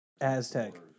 Aztec